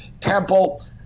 Temple